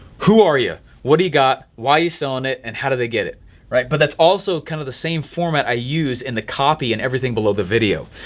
who are you? what do you got? why you selling it? and how do they get it right? but that's also kind of the same format i use in the copy and everything below the video.